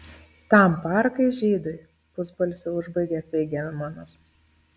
tam parkai žydui pusbalsiu užbaigė feigelmanas